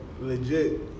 legit